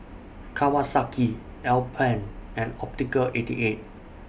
Kawasaki Alpen and Optical eighty eight